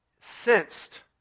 sensed